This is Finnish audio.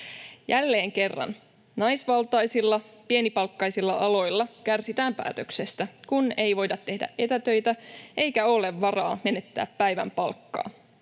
Jälleen kerran naisvaltaisilla pienipalkkaisilla aloilla kärsitään päätöksestä, kun ei voida tehdä etätöitä eikä ole varaa menettää päivän palkkaa.